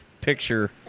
picture